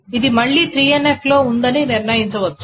ఇది మళ్ళీ 3NF లో ఉందని నిర్ణయించవచ్చు